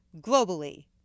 globally